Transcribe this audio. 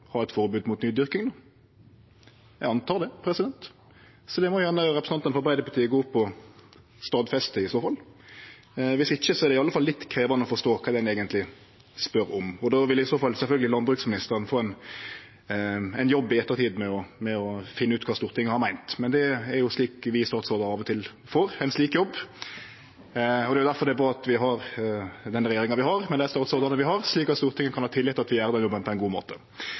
ha eit forbod mot nydyrking. Eg antar det. Det må representanten frå Arbeidarpartiet i så fall gjerne gå opp og stadfeste. Viss ikkje er det i alle fall litt krevjande å forstå kva ein eigentleg spør om. Då vil i så fall landbruksministeren få ein jobb i ettertid med å finne ut kva Stortinget har meint, men det er jo ein slik jobb vi statsrådar av og til får. Det er difor det er bra at vi har den regjeringa vi har, med dei statsrådane vi har, slik at Stortinget kan ha tillit til at vi gjer den jobben på ein god måte.